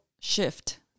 shift